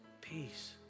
peace